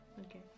Okay